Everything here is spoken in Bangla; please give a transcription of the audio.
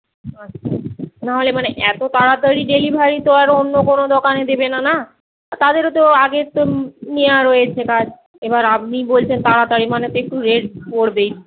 আচ্ছা নাহলে মানে এত তাড়াতাড়ি ডেলিভারি তো আর অন্য কোনো দোকানে দেবে না না তাদেরও তো আগে তো নেওয়া রয়েছে কাজ এবার আপনি বলছেন তাড়াতাড়ি মানে তো একটু রেট পড়বেই